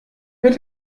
mit